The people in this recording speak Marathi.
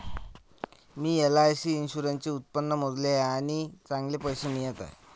मी एल.आई.सी इन्शुरन्सचे उत्पन्न मोजले आहे आणि चांगले पैसे मिळत आहेत